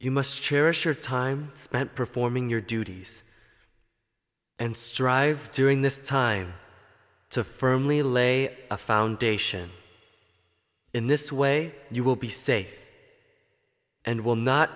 you must cherish your time spent performing your duties and strive to bring this time to firmly lay a foundation in this way you will be safe and will not